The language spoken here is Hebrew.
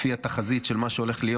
לפי התחזית של מה שהולך להיות,